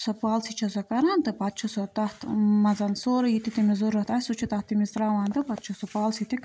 سۄ پالسی چھِ سۄ کَران تہٕ پَتہٕ چھُ سۄ تَتھ منٛزَن سورُے یہِ تہِ تیٚمِس ضوٚرَتھ آسہِ سُہ چھُ تَتھ تٔمِس تراوان تہٕ پَتہٕ چھُ سُہ پالسی تہِ